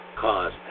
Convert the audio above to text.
cause